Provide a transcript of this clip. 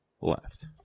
left